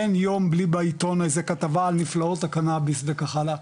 אין יום בלי בעיתון איזה כתבה על נפלאות הקנאביס וכך הלאה.